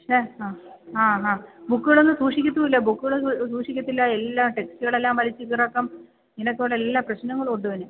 ഏ ആ ആ ഹാ ബുക്കുകളൊന്നും സൂക്ഷിക്കുകയുമില്ല ബുക്കുകള് സൂക്ഷിക്കില്ല ടെക്സ്റ്റുകളെല്ലാം വലിച്ചുകീറുക ഇങ്ങനെയൊക്കെയുള്ള എല്ലാ പ്രശ്നങ്ങളുമുണ്ടിവന്